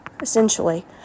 essentially